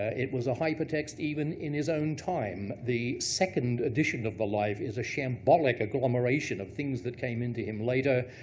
ah it was a hypertext, even in his own time. the second edition of the life was a shambolic conglomeration of things that came in to him later.